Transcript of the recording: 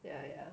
yeah yeah